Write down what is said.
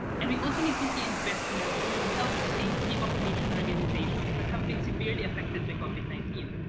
and we also need to see investments that would help sustain key population organisations that have been severely affected by covid nineteen,